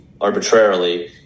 arbitrarily